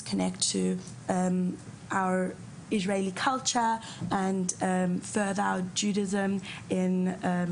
להתחבר לתרבות הישראלית שלנו וליהדות ולגור בירושלים.